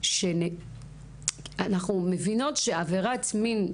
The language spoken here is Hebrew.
אנחנו מבינות שעבירת מין,